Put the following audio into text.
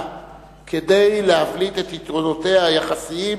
כדי להבליט את יתרונותיה היחסיים,